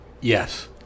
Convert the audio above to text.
yes